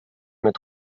mit